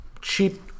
cheap